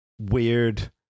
weird